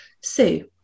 Sue